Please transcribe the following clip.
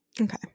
Okay